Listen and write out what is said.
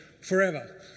forever